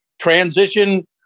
transition